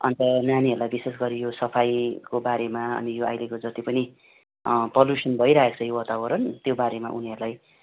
अन्त नानीहरूलाई विशेष गरी यो सफाइको बारेमा अनि यो अहिलेको जति पनि पल्युसन भइरहेको छ यो वातावरण त्यो बारेमा उनीहरूलाई